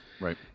Right